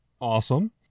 Awesome